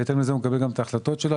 בהתאם לזה הוא מקבל גם את ההחלטות שלו.